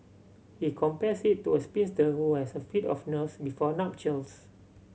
he compares it to a spinster who has a fit of nerves before nuptials